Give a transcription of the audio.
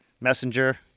messenger